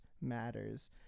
matters